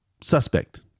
suspect